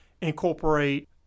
incorporate